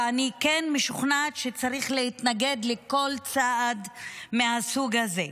ואני כן משוכנעת שצריך להתנגד לכל צעד מהסוג הזה.